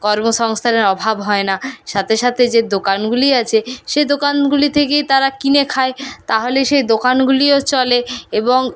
কর্মসংস্থানের অভাব হয় না সাথে সাথে যে দোকানগুলি আছে সে দোকানগুলি থেকেই তারা কিনে খায় তাহলে সেই দোকানগুলিও চলে এবং